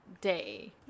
Day